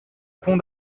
pont